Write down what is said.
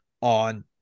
on